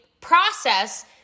process